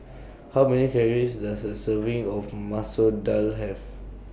How Many Calories Does A Serving of Masoor Dal Have